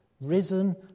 risen